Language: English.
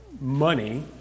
money